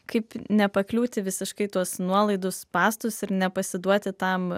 kaip nepakliūti visiškai į tuos nuolaidų spąstus ir nepasiduoti tam